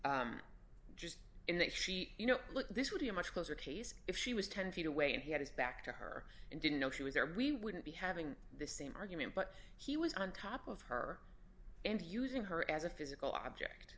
her just in that she you know this would be a much closer case if she was ten feet away and he had his back to her and didn't know she was there or we wouldn't be having the same argument but he was on top of her and using her as a physical object